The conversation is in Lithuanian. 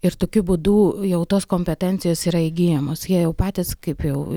ir tokiu būdu jau tos kompetencijos yra įgyjamos jie jau patys kaip jau